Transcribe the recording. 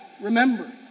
Remember